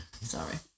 Sorry